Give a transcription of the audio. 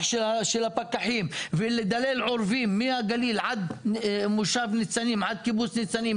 של הפקחים לדלל עורבים מהגליל עד קיבוץ ניצנים,